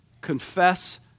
confess